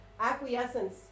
acquiescence